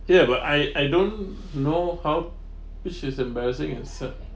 ya but I I don't know how which is embarrassing except